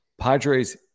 Padres